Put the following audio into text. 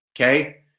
okay